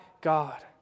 God